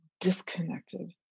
disconnected